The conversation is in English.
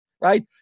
right